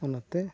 ᱚᱱᱟᱛᱮ